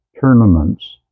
tournaments